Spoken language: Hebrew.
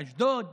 באשדוד,